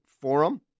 forum